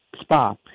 Spa